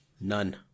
None